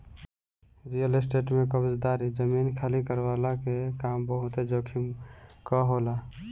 real estate में कब्ज़ादारी, जमीन खाली करववला के काम बहुते जोखिम कअ होला